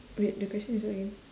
wait the question is what again